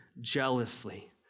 jealously